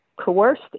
coerced